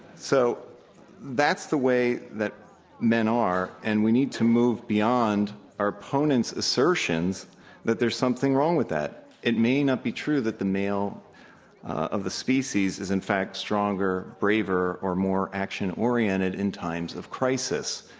so that's the way that men are, and we need to move beyond our opponents' assertions that there's something wrong with that. it may not be true that the male of the species is in fact stronger, braver, or more action oriented in times of crisis,